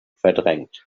verdrängt